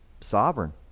sovereign